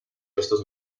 festes